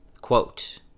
quote